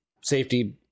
safety